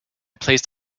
placed